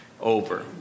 over